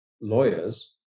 lawyers